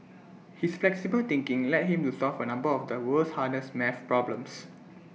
his flexible thinking led him to solve A number of the world's hardest math problems